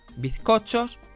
bizcochos